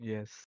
Yes